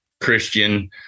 Christian